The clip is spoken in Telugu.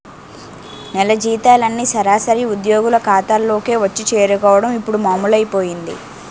నెల జీతాలన్నీ సరాసరి ఉద్యోగుల ఖాతాల్లోకే వచ్చి చేరుకోవడం ఇప్పుడు మామూలైపోయింది